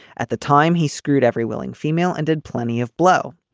at the time. he screwed every willing female and did plenty of blow.